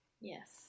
yes